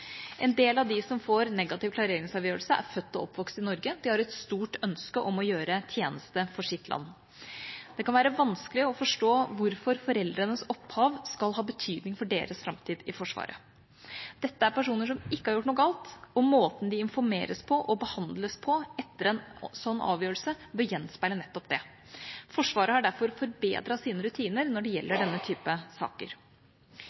En del av de som får negativ klareringsavgjørelse, er født og oppvokst i Norge, og de har et stort ønske om å gjøre tjeneste for sitt land. Det kan være vanskelig å forstå hvorfor foreldrenes opphav skal ha betydning for deres framtid i Forsvaret. Dette er personer som ikke har gjort noe galt, og måten de informeres på og behandles på etter en sånn avgjørelse, bør gjenspeile nettopp det. Forsvaret har derfor forbedret sine rutiner når det